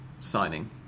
signing